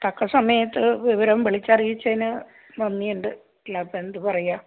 തക്ക സമയത്ത് വിവരം വിളിച്ചറിയിച്ചതിന് നന്ദിയുണ്ട് അല്ലാതെ ഇപ്പോൾ എന്ത് പറയുക